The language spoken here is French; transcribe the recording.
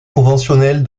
conventionnelle